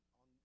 on